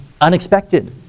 unexpected